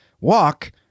walk